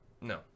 No